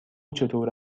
چطور